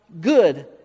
good